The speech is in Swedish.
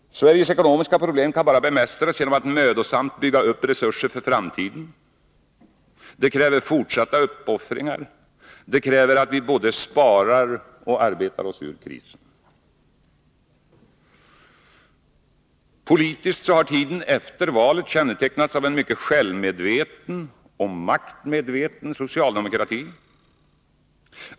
Sveriges ekonomiska problem kan bara bemästras genom att vi mödosamt bygger upp resurser för framtiden. Det kräver fortsatta uppoffringar, det kräver att vi både sparar och arbetar oss ur krisen. Politiskt har tiden efter valet kännetecknats av en mycket självmedveten och maktmedveten socialdemokrati.